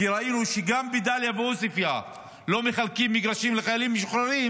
כי ראינו שגם בדליה ועוספייא לא מחלקים מגרשים לחיילים משוחררים,